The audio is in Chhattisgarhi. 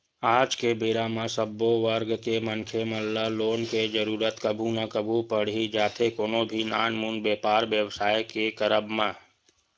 आज के बेरा म सब्बो वर्ग के मनखे मन ल लोन के जरुरत कभू ना कभू पड़ ही जाथे कोनो भी नानमुन बेपार बेवसाय के करब म